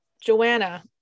Joanna